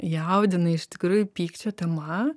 jaudina iš tikrųjų pykčio tema